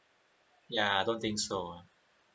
ya I don't think so